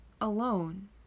Alone